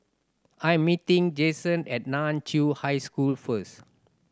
I am meeting Jaxon at Nan Chiau High School first